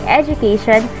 education